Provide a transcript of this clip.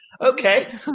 Okay